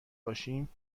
باشیم